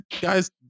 guys